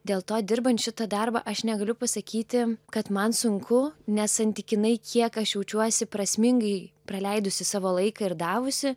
dėl to dirbant šitą darbą aš negaliu pasakyti kad man sunku nes santykinai kiek aš jaučiuosi prasmingai praleidusi savo laiką ir davusi